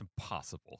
impossible